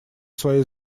свои